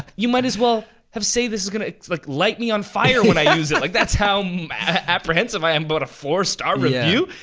you might as well have say this is gonna like light me on fire when i use it, like that's how apprehensive i am about but a four star review.